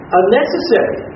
unnecessary